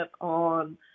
on